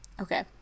okay